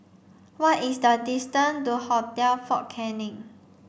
what is the distance to Hotel Fort Canning